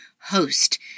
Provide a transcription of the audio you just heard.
host